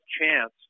chance